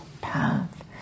path